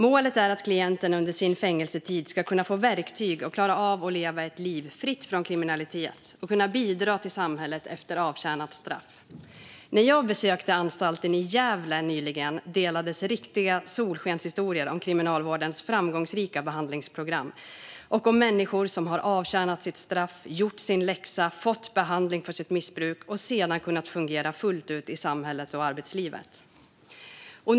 Målet är att klienterna under sin fängelsetid ska få verktyg för att klara av att leva ett liv fritt från kriminalitet och kunna bidra till samhället efter avtjänat straff. När jag besökte anstalten i Gävle nyligen delades riktiga solskenshistorier om Kriminalvårdens framgångsrika behandlingsprogram och om människor som avtjänat sitt straff, gjort sin läxa och fått behandling för sitt missbruk och sedan kunnat fungera fullt ut i samhället och arbetslivet.